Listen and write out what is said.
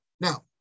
Now